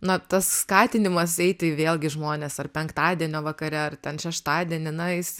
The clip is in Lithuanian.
na tas skatinimas eiti vėlgi žmones ar penktadienio vakare ar ten šeštadienį na jis